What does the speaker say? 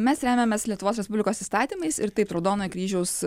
mes remiamės lietuvos respublikos įstatymais ir taip raudonojo kryžiaus